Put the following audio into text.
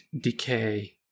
decay